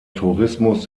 tourismus